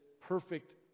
perfect